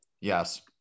Yes